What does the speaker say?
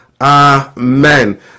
amen